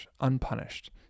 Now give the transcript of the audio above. unpunished